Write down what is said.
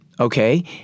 Okay